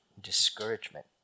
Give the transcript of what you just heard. discouragement